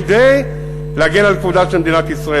כדי להגן על כבודה של מדינת ישראל.